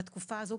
בתקופה הזו,